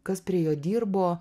kas prie jo dirbo